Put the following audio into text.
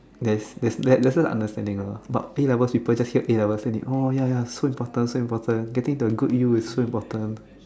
there's there's lesser understanding lah but a-levels people just hear a-levels then they oh so important so important getting into a good U is so important